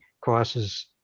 crosses